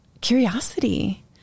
curiosity